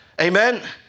amen